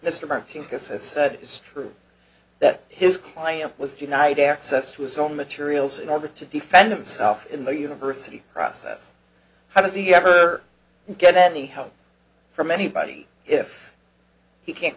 mr martin because as said is true that his client was denied access to his own materials in order to defend himself in the university process how does he ever get any help from anybody if he can't